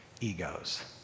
egos